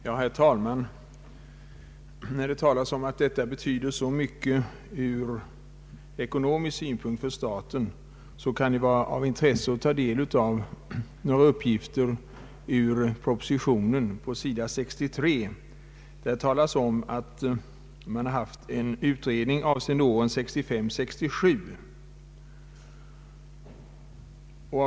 Herr talman! När det talas om att ett avskaffande av skatteprivilegier betyder så mycket ur ekonomisk synpunkt för staten, kan det vara av intresse att ta del av några uppgifter i proposition nr 142. På s. 63 omtalas att det har gjorts en utredning omfattande åren 1965—1967.